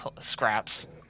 scraps